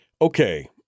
Okay